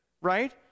right